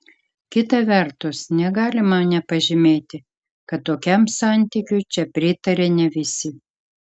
kita vertus negalima nepažymėti kad tokiam santykiui čia pritaria ne visi